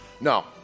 No